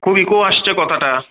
খুব ইকো আসছে কথাটা